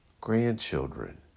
grandchildren